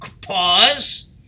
pause